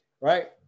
right